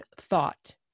thought